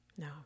No